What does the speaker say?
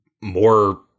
more